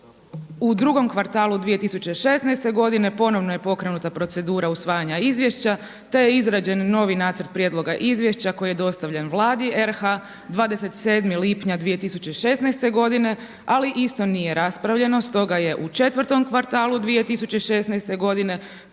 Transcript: U drugom kvartalu 2016. godine ponovno je pokrenuta procedura usvajanja izvješća te je izrađen novi nacrt prijedloga izvješća koji je dostavljen Vladi RH 27. lipnja 2016. godine ali isto nije raspravljeno stoga je u četvrtom kvartalu 2016. godine